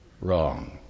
wrong